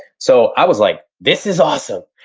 so i was like, this is awesome.